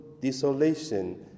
desolation